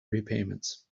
repayments